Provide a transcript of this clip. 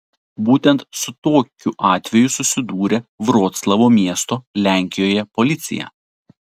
būtent su tokiu atveju susidūrė vroclavo miesto lenkijoje policija